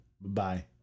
Bye